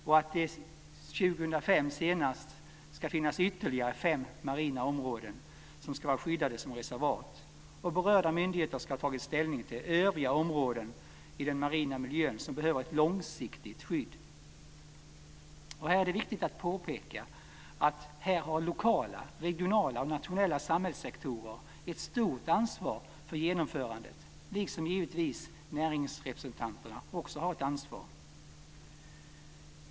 Vidare ska senast 2005 ytterligare fem marina områden vara skyddade som reservat, och berörda myndigheter ska ha tagit ställning till vilka övriga områden i den marina miljön som behöver ett långsiktigt skydd. Det är viktigt att påpeka att här har lokala, regionala och nationella samhällssektorer ett stort ansvar för genomförandet, liksom givetvis också näringsrepresentanterna har ett ansvar.